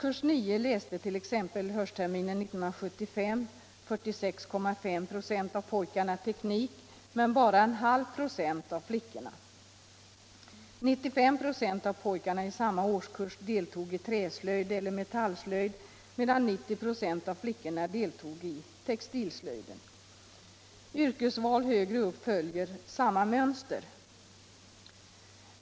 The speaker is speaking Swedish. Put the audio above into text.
Under höstterminen 1975 läste 46,5 96 av pojkarna i årskurs nio teknik, medan bara en halv procent av flickorna gjorde det. 95 96 av pojkarna i samma årskurs deltog i träslöjd eller metallslöjd, medan 90 96 av flickorna deltog i textilslöjd. Yrkesvalen längre fram följer samma mönster.